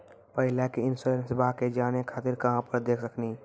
पहले के इंश्योरेंसबा के जाने खातिर कहां पर देख सकनी?